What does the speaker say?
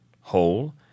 whole